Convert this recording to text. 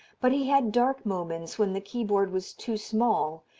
but he had dark moments when the keyboard was too small,